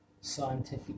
scientific